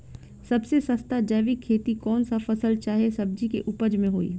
सबसे सस्ता जैविक खेती कौन सा फसल चाहे सब्जी के उपज मे होई?